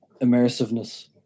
immersiveness